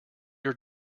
your